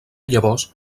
llavors